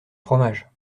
fromage